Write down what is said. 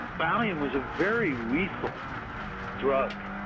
valium was a very lethal drug.